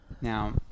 Now